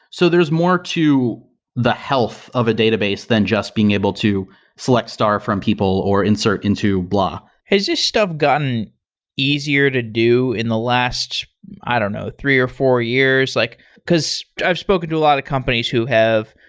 so there's more to the health of a database than just being able to select star from people or insert into blah. has this stuff gotten easier to do in the last i don't know, three or four years? like because i've spoken to a lot of companies who have,